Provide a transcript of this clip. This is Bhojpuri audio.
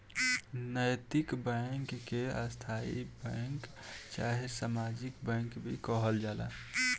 नैतिक बैंक के स्थायी बैंक चाहे सामाजिक बैंक भी कहल जाला